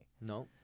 No